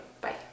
Bye